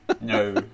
No